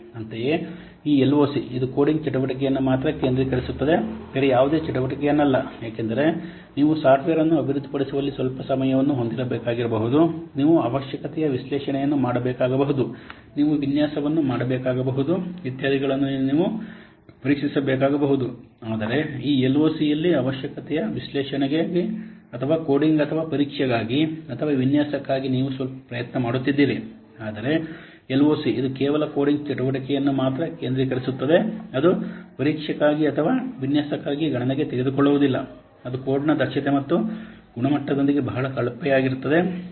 ಅಂತೆಯೇ ಈ LOC ಇದು ಕೋಡಿಂಗ್ ಚಟುವಟಿಕೆಯನ್ನು ಮಾತ್ರ ಕೇಂದ್ರೀಕರಿಸುತ್ತದೆ ಬೇರೆ ಯಾವುದೇ ಚಟುವಟಿಕೆಯನ್ನಲ್ಲ ಏಕೆಂದರೆ ನೀವು ಸಾಫ್ಟ್ವೇರ್ ಅನ್ನು ಅಭಿವೃದ್ಧಿಪಡಿಸುವಲ್ಲಿ ಸ್ವಲ್ಪ ಸಮಯವನ್ನು ಹೊಂದಿರಬೇಕಾಗಬಹುದು ನೀವು ಅವಶ್ಯಕತೆಯ ವಿಶ್ಲೇಷಣೆಯನ್ನು ಮಾಡಬೇಕಾಗಬಹುದು ನೀವು ವಿನ್ಯಾಸವನ್ನು ಮಾಡಬೇಕಾಗಬಹುದು ಇತ್ಯಾದಿಗಳನ್ನು ನೀವು ಪರೀಕ್ಷಿಸಬೇಕಾಗಬಹುದು ಆದರೆ ಈ LOC ಯಲ್ಲಿ ಅವಶ್ಯಕತೆ ವಿಶ್ಲೇಷಣೆಗಾಗಿ ಅಥವಾ ಕೋಡಿಂಗ್ ಅಥವಾ ಪರೀಕ್ಷೆಗಾಗಿ ಅಥವಾ ವಿನ್ಯಾಸಕ್ಕಾಗಿ ನೀವು ಸ್ವಲ್ಪ ಪ್ರಯತ್ನ ಮಾಡುತ್ತಿದ್ದೀರಿ ಆದರೆ LOC ಇದು ಕೇವಲ ಕೋಡಿಂಗ್ ಚಟುವಟಿಕೆಯನ್ನು ಮಾತ್ರ ಕೇಂದ್ರೀಕರಿಸುತ್ತದೆ ಅದು ಪರೀಕ್ಷೆಗಾಗಿ ಅಥವಾ ವಿನ್ಯಾಸಕ್ಕಾಗಿ ಗಣನೆಗೆ ತೆಗೆದುಕೊಳ್ಳುವುದಿಲ್ಲ ಅದು ಕೋಡ್ನ ದಕ್ಷತೆ ಮತ್ತು ಗುಣಮಟ್ಟದೊಂದಿಗೆ ಬಹಳ ಕಳಪೆಯಾಗಿರುತ್ತದೆ ಮತ್ತು